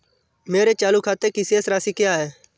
मेरे चालू खाते की शेष राशि क्या है?